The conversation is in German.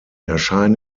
erscheinen